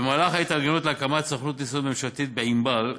במהלך ההתארגנות להקמת סוכנות נסיעות ממשלתית ב"ענבל",